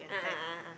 a'ah a'ah